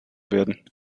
werden